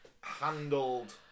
handled